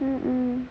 mmhmm